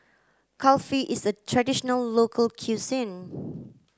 Kulfi is a traditional local cuisine